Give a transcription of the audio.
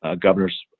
governors